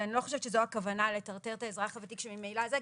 ואני לא חושבת שזו הכוונה לטרטר את האזרח הוותיק שממילא זה,